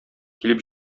килеп